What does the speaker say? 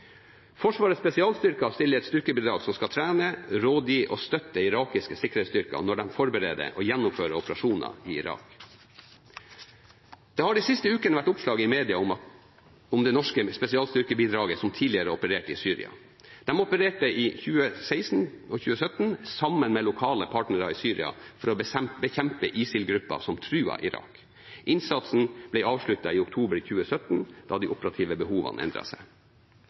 Forsvarets spesialstyrker stiller et styrkebidrag som skal trene, rådgi og støtte irakiske sikkerhetsstyrker når de forbereder og gjennomfører operasjoner i Irak. Det har de siste ukene vært oppslag i media om det norske spesialstyrkebidraget som tidligere opererte i Syria. De opererte i 2016–2017 sammen med lokale partnere i Syria for å bekjempe ISIL-grupper som truet Irak. Innsatsen ble avsluttet i oktober 2017, da de operative behovene endret seg.